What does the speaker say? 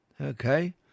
Okay